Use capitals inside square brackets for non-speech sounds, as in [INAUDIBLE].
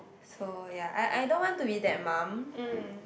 so ya I I don't want to be that mum [BREATH]